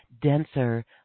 denser